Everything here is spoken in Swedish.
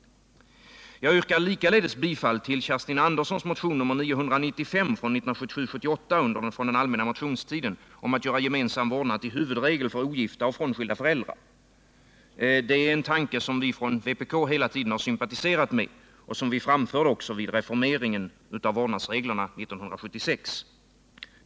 Jag yrkar likaledes bifall till Kerstin Anderssons motion 995, som väcktes under den allmänna motionstiden 1977/78, om att göra gemensam vårdnad till huvudregel för ogifta och frånskilda föräldrar. Det är en tanke som vi från vpk hela tiden sympatiserat med och som vi också framförde vid reformeringen av vårdnadsreglerna 1976.